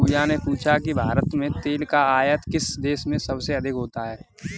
पूजा ने पूछा कि भारत में तेल का आयात किस देश से सबसे अधिक होता है?